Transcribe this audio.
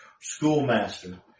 schoolmaster